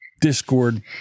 Discord